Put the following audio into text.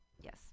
Yes